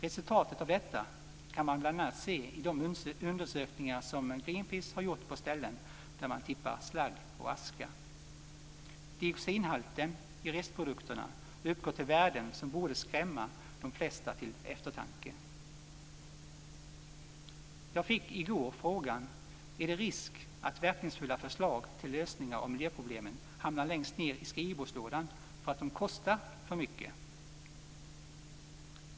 Resultatet av detta kan man bl.a. se i de undersökningar som Greenpeace har gjort på ställen där man tippar slagg och aska. Dioxinhalten i restprodukterna uppgår till värden som borde skrämma de flesta till eftertanke. Jag fick i går frågan: Är det risk att verkningsfulla förslag till lösningar av miljöproblemen hamnar längst ned i skrivbordslådan för att de kostar för mycket?